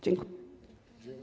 Dziękuję.